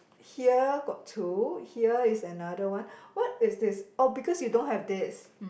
here got two here is another one what is this oh because you don't have this